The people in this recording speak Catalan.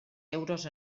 euros